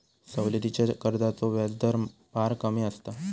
सवलतीच्या कर्जाचो व्याजदर फार कमी असता